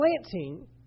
planting